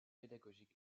pédagogique